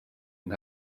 and